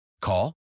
Call